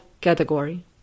category